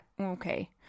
okay